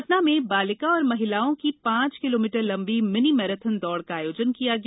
सतना में बालिका एवं महिलाओं की पांच किमी लंबी मिनी मैराथन दौड़ का आयोजन किया गया